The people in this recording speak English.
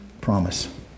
promise